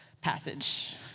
passage